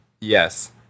yes